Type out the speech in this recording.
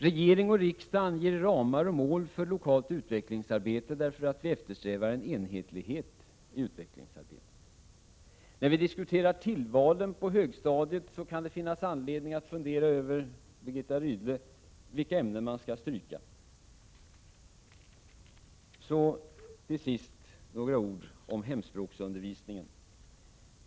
Regering och riksdag anger ramar och mål för lokalt utvecklingsarbete, därför att vi eftersträvar enhetlighet i utvecklingsarbetet. När vi diskuterar tillvalen på högstadiet, Birgitta Rydle, kan det finnas anledning att fundera över vilka ämnen som man skall stryka. Sedan några ord om hemspråksundervisningen.